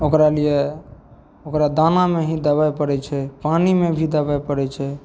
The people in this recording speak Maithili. ओकरा लिए ओकरा दानामे ही दवाइ पड़ै छै पानीमे भी दवाइ पड़ै छै